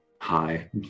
hi